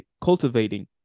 cultivating